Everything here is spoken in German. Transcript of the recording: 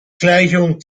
gleichung